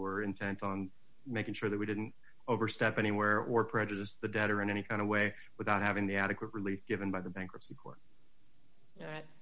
were intent on making sure that we didn't overstep anywhere or prejudiced the debtor in any kind of way without having the adequate relief given by the bankruptcy court